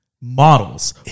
models